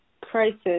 crisis